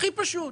הכי פשוט.